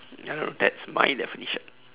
ya I know that's my definition